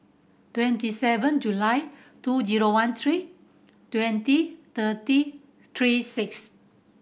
twenty seven July two zero one three twenty thirty three six